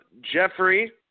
Jeffrey